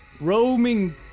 roaming